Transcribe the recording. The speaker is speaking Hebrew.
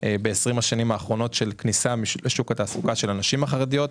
ב-20 השנים האחרונות עם הכניסה לשוק התעסוקה של הנשים החרדיות.